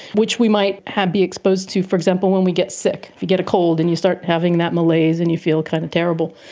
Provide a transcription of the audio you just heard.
which we might be exposed to, for example, when we get sick, if you get a cold and you start having that malaise and you feel kind of terrible.